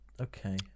Okay